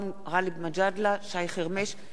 שי חרמש ונינו אבסדזה,